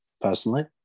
personally